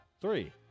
three